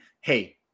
hey